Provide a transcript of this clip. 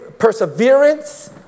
Perseverance